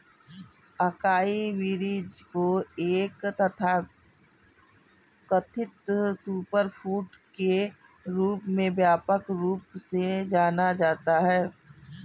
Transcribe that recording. acai berries को एक तथाकथित सुपरफूड के रूप में व्यापक रूप से जाना जाता है